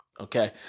Okay